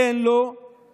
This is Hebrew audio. אין לו שום